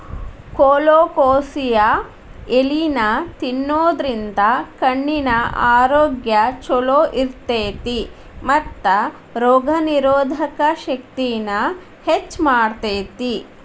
colocasia ಎಲಿನಾ ತಿನ್ನೋದ್ರಿಂದ ಕಣ್ಣಿನ ಆರೋಗ್ಯ್ ಚೊಲೋ ಇರ್ತೇತಿ ಮತ್ತ ರೋಗನಿರೋಧಕ ಶಕ್ತಿನ ಹೆಚ್ಚ್ ಮಾಡ್ತೆತಿ